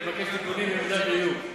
אני מבקש תיקונים במידה שיהיו.